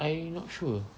I not sure